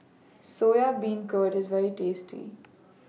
Soya Beancurd IS very tasty